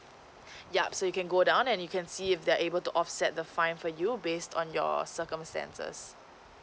yup so you can go down and you can see if they are able to offset the fine for you based on your circumstances